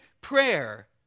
prayer